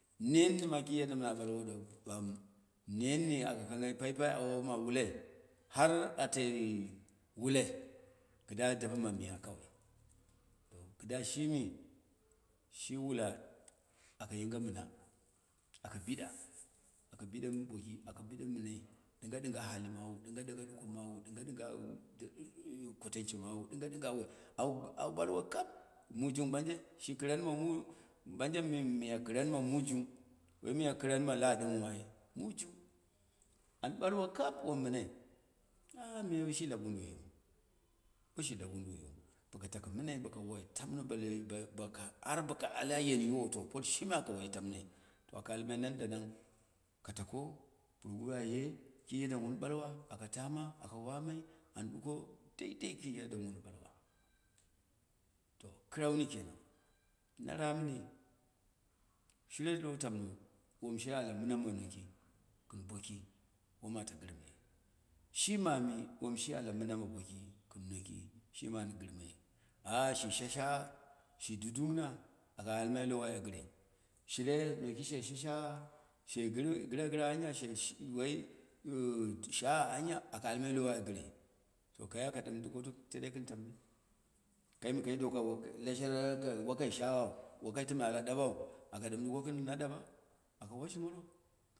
Nenni ma ki yadda mɨna ɓalwo ɓanu, renni aka komghai paipai awowoma wulai har atai wulai kɨda dapɨ miya kawai to kɨda shimi, shi wula da yinge mɨna. aka biɗa, aka biɗe mboki aka biɗe mɨnai, ɗɨng ɗɨnga hadi mawu, ɗinga ɗinga goko mawu ɗɨnga koten shi mawu ɗɨnga ɗɨnga au ɓalwo kap, mujung banje shi kɨran mu, banje min miya kɨran ma mujung wai ma la ɗɨm ai mujung, an ɓaiwo kap wom mɨnai ah meme woshi lap woduwoyin, woshi lap wodu woyiu, baka taka mɨ nai baka wai tamno, bale baka har baka al ayen yiwo to aka almai nan da nan ka take, puroguru aye ki yanda mu wun ɓalwa, aka tama aka wannai an ɗuko deidei kɨn yaddam wun ɓalwa, to, kɨrau ni kenan, na rapni, shire lo tam no wom she ala mɨna ma noki kɨn boki wom ata gɨr mai, shi mami wom shi ala mɨna boki kɨn noki shimi an gɨrmai shi sha shagha, shi dudungna, aka almai lowoi agɨre, shire noki she sha shagha, she gɨre gɨra gɨra anya she sh woi shagha aya, aka bu su lowoi agɨre to kai aka ɗɨm tuk to tedei kɨn tamno, kai nɨ kai mɨka doka wokai lesherra kai wakai shaghau wakai tɨma al ɗabou, aka ɗɨm ɗuko kɨn na ɗaɓa? Aka washi moro.